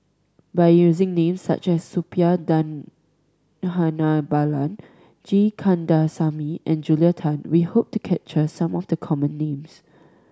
by using names such as Suppiah Dhanabalan G Kandasamy and Julia Tan we hope to capture some of the common names